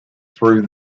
through